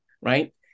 right